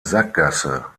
sackgasse